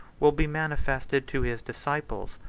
will be manifested to his disciples.